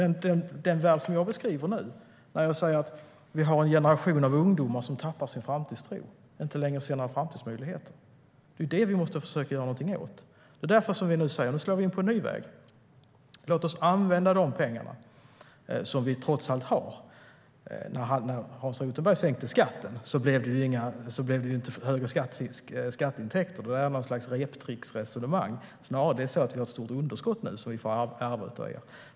Den värld som jag beskriver nu, när jag säger att vi har en generation av ungdomar som tappar sin framtidstro och inte längre ser några framtidsmöjligheter, är den värld vi måste försöka göra någonting åt. Det är därför som vi nu slår in på en ny väg. När Hans Rothenberg sänkte skatten blev det inte högre skatteintäkter. Det där är något slags reptricksresonemang. Det är snarare så att vi har ett stort underskott nu som vi får ärva av er.